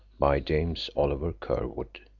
by james oliver curwood,